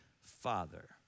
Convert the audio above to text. father